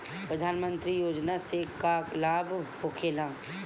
प्रधानमंत्री योजना से का लाभ होखेला?